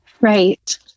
Right